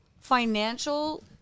financial